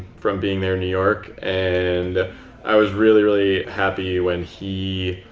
from being there in new york and i was really, really happy when he